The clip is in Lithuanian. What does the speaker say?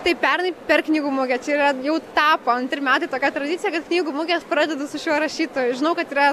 taip pernai per knygų mugę čia yra jau tapo antri metai tokia tradicija kad knygų muges pradedu su šiuo rašytoju žinau kad yra